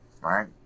Right